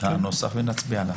הנוסח ונצביע עליו.